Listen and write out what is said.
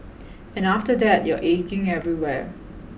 and after that you're aching everywhere